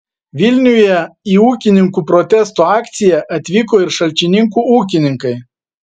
vilniuje į ūkininkų protesto akciją atvyko ir šalčininkų ūkininkai